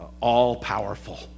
all-powerful